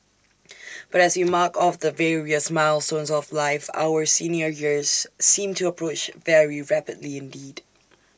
but as we mark off the various milestones of life our senior years seem to approach very rapidly indeed